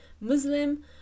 Muslim